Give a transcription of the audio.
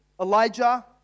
Elijah